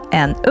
en